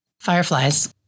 fireflies